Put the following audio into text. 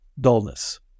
dullness